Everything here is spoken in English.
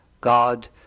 God